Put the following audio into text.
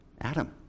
Adam